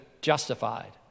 justified